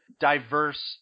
diverse